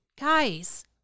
guys